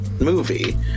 movie